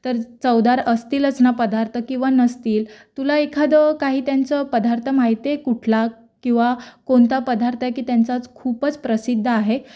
तर चवदार असतीलच ना पदार्थ किंवा नसतील तुला एखादं काही त्यांचं पदार्थ माहित आहे कुठला किंवा कोणता पदार्थ आहे की त्यांचाच खूपच प्रसिद्ध आहे